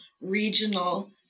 regional